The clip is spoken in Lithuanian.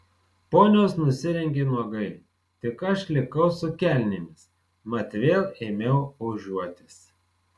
ponios nusirengė nuogai tik aš likau su kelnėmis mat vėl ėmiau ožiuotis